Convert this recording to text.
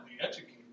educated